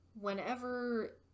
whenever